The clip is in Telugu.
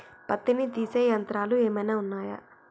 పత్తిని తీసే యంత్రాలు ఏమైనా ఉన్నయా?